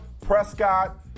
Prescott